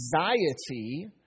anxiety